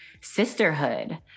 sisterhood